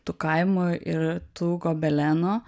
tų kaimų ir tų gobelenų